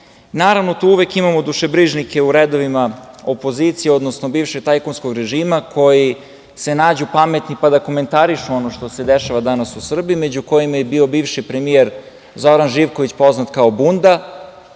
ponove. Naravno, tu uvek imamo dušebrižnike u redovima opozicije, odnosno bivšeg tajkunskog režima koji se nađu pametni pa da komentarišu ono što se dešava danas u Srbiji, među kojima je bio i bivši premijer Zoran Živković, poznat kao bunda,